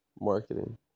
marketing